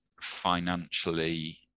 financially